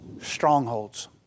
strongholds